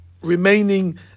remaining